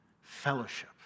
fellowship